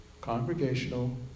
Congregational